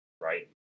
right